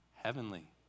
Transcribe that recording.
heavenly